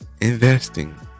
investing